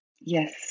Yes